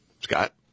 Scott